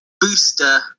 booster